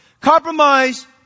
Compromise